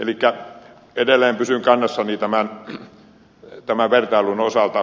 elikkä edelleen pysyn kannassani tämän vertailun osalta